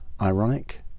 Ironic